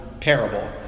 parable